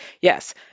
Yes